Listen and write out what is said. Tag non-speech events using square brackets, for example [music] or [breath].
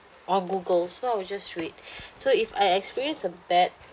on google so I will just rate [breath] so if I experience a bad